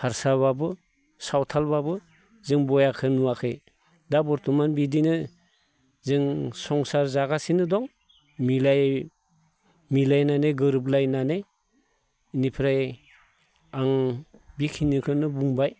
हारसाबाबो सावथालबाबो जों बयाखो नुवाखै दा बर्त'मान बिदिनो जों संसार जागासिनो दं मिलाय मिलायनानै गोरोबलायनानै बिनिफ्राय आं बेखिनिखौनो बुंबाय